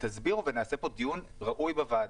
תסבירו ונעשה פה דיון ראוי בוועדה.